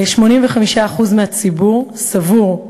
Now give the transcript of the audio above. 85% מהציבור סבור,